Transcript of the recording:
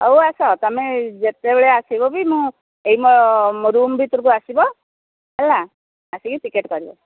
ହଉ ଆସ ତୁମେ ଯେତେବେଳେ ଆସିବ ବି ଏଇ ମୋ ରୁମ୍ ଭିତରକୁ ଆସିବ ହେଲା ଆସିକି ଟିକେଟ୍ କରିବ